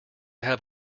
have